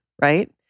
right